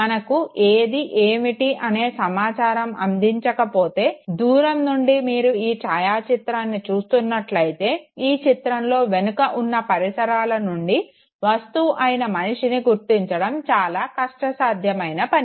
మనకు ఇది ఏమిటి అనే సమాచారం అందించకపోతే దూరం నుండి మీరు ఈ ఛాయాచిత్రాన్ని చూస్తునటైతే ఈ చిత్రంలో వెనక ఉన్న పరిసరాల నుండి వస్తువు అయిన మనిషిని గుర్తించడం చాలా కష్టసాధ్యమైన పని